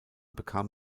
bekam